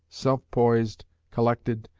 self-poised, collected,